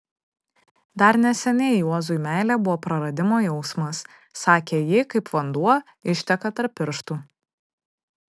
dar neseniai juozui meilė buvo praradimo jausmas sakė ji kaip vanduo išteka tarp pirštų